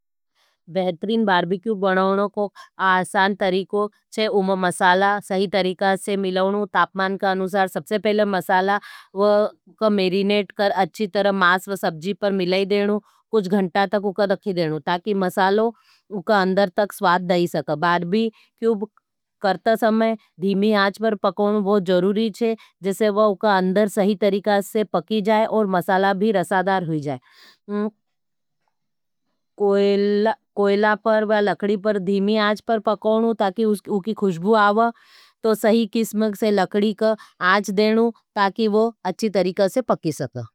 बेहतरीन बार्बिक्यू बनाओनों को आसान तरीको छे, उमे मसाला सही तरीका से मिलाओणू तापमान का अनुसार सबसे पहले मसाला वो उका मेरिनेट कर अच्छी तरह मास वो सब्जी पर मिलाई देणू। कुछ घंटा तक उका रक्खी देणू ताकि मसालों उका अंदर तक सुवाद देई सका। बार्बिकयु करते समय धीमी आंच पर पकोना बहुत जरूरी छ जीसे वू उका अंदर सही तरीका से पकी जाए और मसादार हुई जाएं। कोईला कोइला पर या लकड़ी पर धीमी आज पर पकोनू ताकि उकी खुश्बू आवह तो सही किस्म से लकड़ी का आंच देणू ताकि वो अच्छी तरीका से पकी सके।